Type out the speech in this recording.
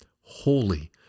holy